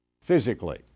physically